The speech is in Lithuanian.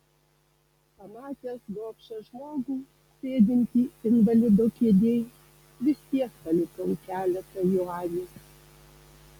pamatęs gobšą žmogų sėdintį invalido kėdėj vis tiek palikau keletą juanių